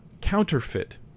counterfeit